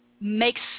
makes